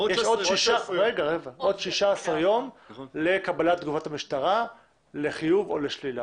יש עוד 16 ימים לקבלת תגובת המשטרה לחיוב או לשלילה.